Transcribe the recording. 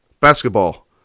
basketball